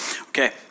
Okay